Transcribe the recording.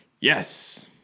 Yes